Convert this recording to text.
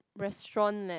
restaurant leh